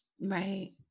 Right